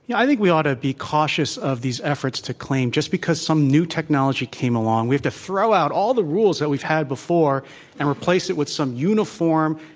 yeah i think we ought to be caution of these efforts to claim, just because some new technology came along, we have to throw out all the rules that we've had before and replace it with some uniform,